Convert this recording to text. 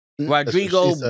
Rodrigo